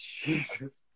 Jesus